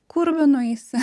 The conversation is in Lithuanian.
kur benueisi